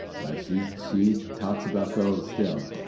but, she, she talks about those still